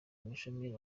umushomeri